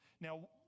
Now